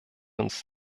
uns